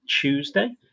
Tuesday